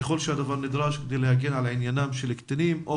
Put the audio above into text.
ככל שהדבר נדרש כדי להגן על עניינם של קטינים או